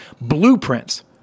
blueprints